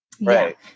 Right